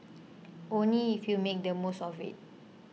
only if you make the most of it